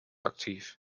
aktiv